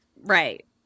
Right